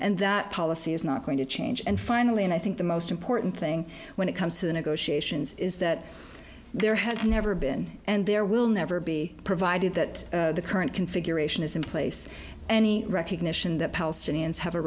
and that policy is not going to change and finally and i think the most important thing when it comes to the negotiations is that there has never been and there will never be provided that the current configuration is in place any recognition that palestinians have a